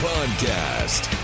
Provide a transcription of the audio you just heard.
Podcast